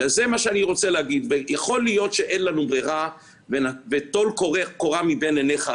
יכול להיות שאין לנו ברירה וטול קורה מבין עיניך,